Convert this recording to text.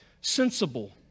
sensible